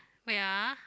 wait ah